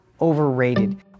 overrated